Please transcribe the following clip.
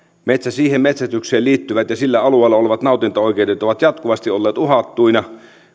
metsästykseen liittyvät ja sillä alueella olevat nautintaoikeudet ovat jatkuvasti olleet uhattuina